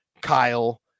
Kyle